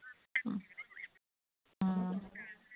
ꯑꯥ ꯑꯣ